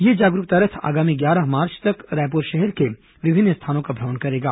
यह जागरूकता रथ आगामी ग्यारह मार्च तक रायपुर शहर के विभिन्न स्थानों का भ्रमण करेगा